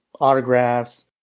autographs